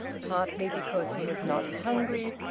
partly because he was not hungry,